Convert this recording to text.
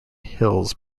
hills